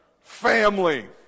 Family